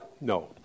No